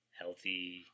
healthy